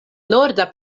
norda